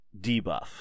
debuff